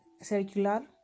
circular